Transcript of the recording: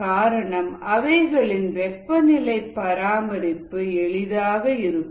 காரணம் அவைகளின் வெப்பநிலை பராமரிப்பு எளிதாக இருக்கும்